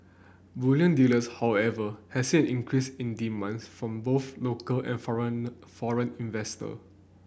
bullion dealers however had said increase in demands from both local and foreign investor